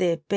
de p